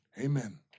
Amen